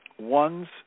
one's